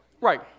Right